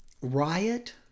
riot